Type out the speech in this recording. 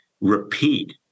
repeat